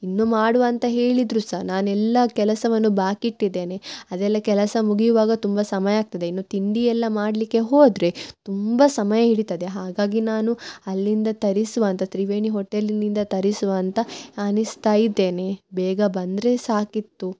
ಇನ್ನು ಮಾಡುವ ಅಂತ ಹೇಳಿದ್ರು ಸಹ ನಾನೆಲ್ಲಾ ಕೆಲಸವನ್ನು ಬಾಕಿಯಿಟ್ಟಿದ್ದೇನೆ ಅದೆಲ್ಲ ಕೆಲಸ ಮುಗಿಯುವಾಗ ತುಂಬ ಸಮಯ ಆಗ್ತದೆ ಇನ್ನು ತಿಂಡಿಯೆಲ್ಲ ಮಾಡಲಿಕ್ಕೆ ಹೋದರೆ ತುಂಬ ಸಮಯ ಹಿಡಿತದೆ ಹಾಗಾಗಿ ನಾನು ಅಲ್ಲಿಂದ ತರಿಸುವ ಅಂತ ತ್ರಿವೇಣಿ ಹೊಟೇಲಿನಿಂದ ತರಿಸುವ ಅಂತ ಅನಿಸ್ತ ಇದ್ದೇನೆ ಬೇಗ ಬಂದರೆ ಸಾಕಿತ್ತು